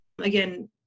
again